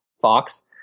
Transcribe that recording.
Fox